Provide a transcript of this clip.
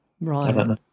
Right